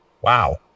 Wow